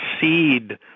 seed